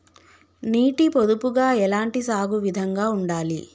నీటి పొదుపుగా ఎలాంటి సాగు విధంగా ఉండాలి?